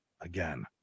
again